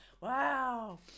Wow